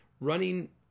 running